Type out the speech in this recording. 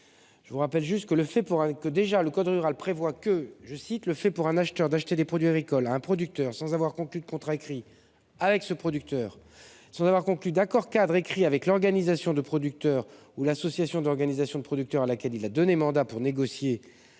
qu'est passible d'une amende le fait « pour un acheteur, d'acheter des produits agricoles à un producteur, sans avoir conclu de contrat écrit avec ce producteur, sans avoir conclu d'accord-cadre écrit avec l'organisation de producteurs ou l'association d'organisations de producteurs à laquelle il a donné mandat pour négocier